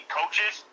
coaches